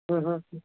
ہاں ہاں